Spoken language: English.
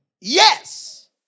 Yes